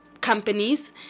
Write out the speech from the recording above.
companies